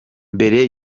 mbere